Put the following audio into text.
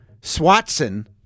Swatson